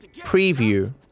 preview